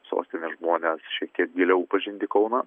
sostinės žmonės šiek tiek giliau pažinti kauną